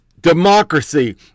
democracy